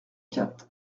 quatre